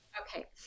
Okay